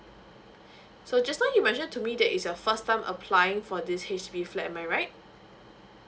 so just now you mentioned to me that is your first time applying for this H_D_B flat am I right